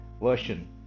version